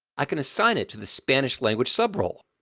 i can assign it to the spanish language sub-role.